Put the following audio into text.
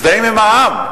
מזדהים עם העם,